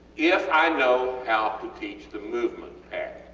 if i know how to teach the movement pattern